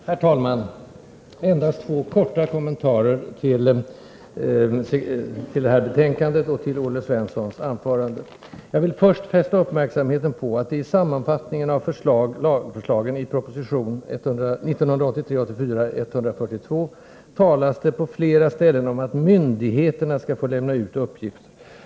Herr talman! Endast två korta kommentarer till detta betänkande och till Olle Svenssons anförande. För det första vill jag fästa uppmärksamheten på att det i sammanfattningen av lagförslagen i proposition 1983/84:142 på flera ställen talas om att myndigheterna skall få lämna ut uppgifter.